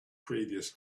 previous